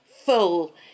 full